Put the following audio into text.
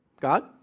God